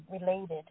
related